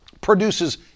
produces